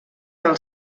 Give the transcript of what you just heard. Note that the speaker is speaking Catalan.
del